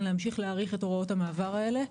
להמשיך להאריך את הוראות המעבר האלה,